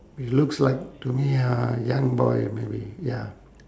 it looks like to me a young boy maybe ya